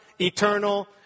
eternal